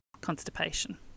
constipation